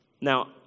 Now